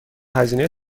هزینه